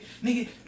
nigga